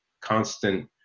constant